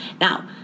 Now